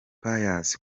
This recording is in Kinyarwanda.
pius